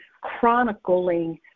chronicling